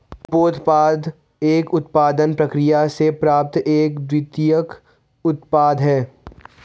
उपोत्पाद एक उत्पादन प्रक्रिया से प्राप्त एक द्वितीयक उत्पाद है